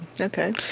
Okay